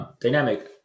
Dynamic